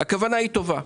הכוונה היא טובה.